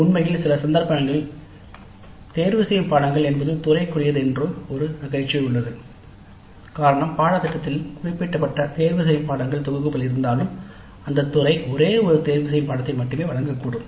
உண்மையில் சில சந்தர்ப்பங்களில் தேர்தல் என்பது துறைக்குரியது என்று ஒரு நகைச்சுவை உள்ளது காரணம் பாடத்திட்டத்தில் குறிப்பிடப்பட்ட தேர்ந்தெடுக்கப்பட்ட தொகுப்புகள் இருந்தாலும் அந்தத் துறை ஒரே ஒரு தேர்தலை மட்டுமே வழங்கக்கூடும்